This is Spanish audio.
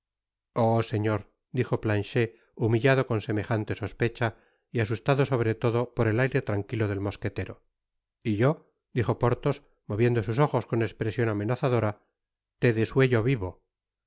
oh señor dijo planchet humillado con semejante sospecha y asustado sobre todo por el aire tranquilo del mosquetero y yo dijo porthos moviendo sus ojos con espresion amenazadora te desuello vivo